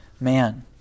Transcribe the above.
man